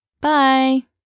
Bye